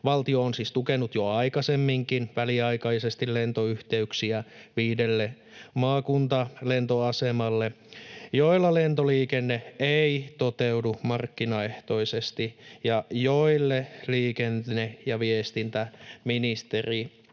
valtio on siis tukenut jo aikaisemminkin väliaikaisesti lentoyhteyksiä viidelle maakuntalentoasemalle, joilla lentoliikenne ei toteudu markkinaehtoisesti ja joille liikenne‑ ja viestintäministeriö